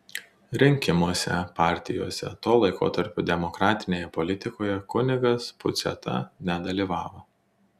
rinkimuose partijose to laikotarpio demokratinėje politikoje kunigas puciata nedalyvavo